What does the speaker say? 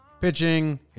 Pitching